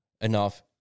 enough